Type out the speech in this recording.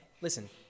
listen